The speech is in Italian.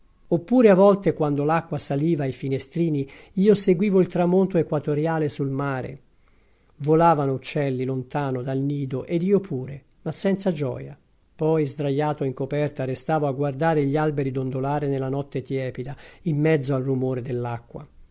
oppure a volte quando l'acqua saliva ai finestrini io seguivo il tramonto equatoriale sul mare volavano uccelli lontano dal nido ed io pure ma senza gioia poi sdraiato in coperta restavo a guardare gli alberi dondolare nella notte tiepida in mezzo al rumore